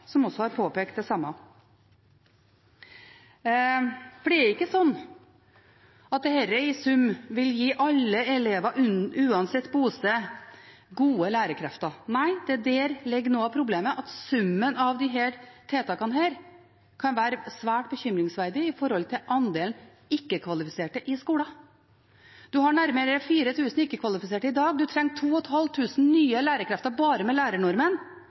som også har påpekt det samme. Det er ikke slik at dette i sum vil gi alle elever, uansett bosted, gode lærerkrefter. Nei, der ligger noe av problemet. Summen av disse tiltakene kan være svært bekymringsverdig med hensyn til andelen ikke-kvalifiserte i skolen. Vi har nærmere 4 000 ikke-kvalifiserte i dag, vi trenger 2 500 nye lærerkrefter bare med lærernormen,